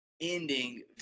ending